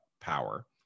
power